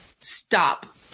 stop